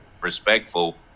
respectful